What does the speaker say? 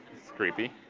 creepy.